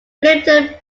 plympton